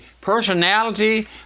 personality